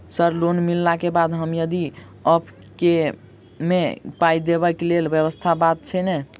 Sir loan मिलला केँ बाद हम यदि ऑफक केँ मे पाई देबाक लैल व्यवस्था बात छैय नै?